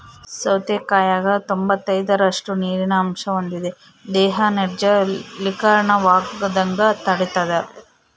ಸೌತೆಕಾಯಾಗ ತೊಂಬತ್ತೈದರಷ್ಟು ನೀರಿನ ಅಂಶ ಹೊಂದಿದೆ ದೇಹ ನಿರ್ಜಲೀಕರಣವಾಗದಂಗ ತಡಿತಾದ